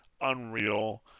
Unreal